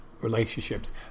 relationships